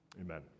amen